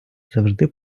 завжди